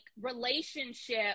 relationship